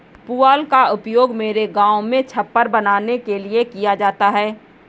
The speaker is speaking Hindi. पुआल का उपयोग मेरे गांव में छप्पर बनाने के लिए किया जाता है